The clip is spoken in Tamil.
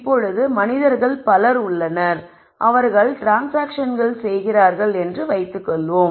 இப்பொழுது மனிதர்கள் பலர் உள்ளனர் அவர்கள் ட்ரான்ஸ்சாங்க்ஷன்கள் செய்கிறார்கள் என்று வைத்துக் கொள்வோம்